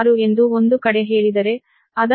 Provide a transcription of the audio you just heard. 66 ಎಂದು ಒಂದು ಕಡೆ ಹೇಳಿದರೆ ಅದನ್ನು √3 ರಿಂದ ಗುಣಿಸಲಾಗುತ್ತದೆ